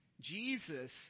Jesus